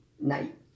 night